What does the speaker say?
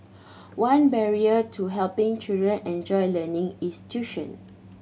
one barrier to helping children enjoy learning is tuition